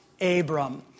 Abram